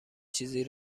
چیزی